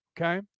Okay